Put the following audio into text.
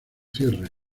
cierre